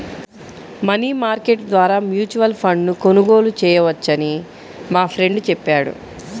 money market ద్వారా mutual ఫండ్ను కొనుగోలు చేయవచ్చని మా ఫ్రెండు చెప్పాడు